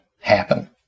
happen